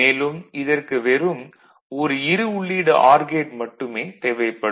மேலும் இதற்கு வெறும் ஒரு இரு உள்ளீடு ஆர் கேட் மட்டுமே தேவைப்படும்